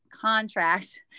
contract